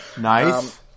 nice